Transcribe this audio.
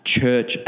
church